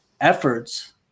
efforts